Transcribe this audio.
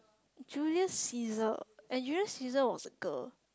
Julia Caesar and Julia Caesar was a girl